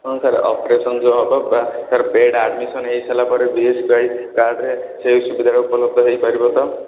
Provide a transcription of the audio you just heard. ହଁ sir operation ବି ହବ ବା ସାର୍ ବେଡ଼୍ ଆଡ଼ମିଶନ୍ ହୋଇ ସାରିଲା ପରେ ବି ଏସ କେ ୱାଇ କାର୍ଡ଼ରେ ସେଇ ସୁବିଧା ଉପଲବ୍ଧ ହୋଇପାରିବ ତ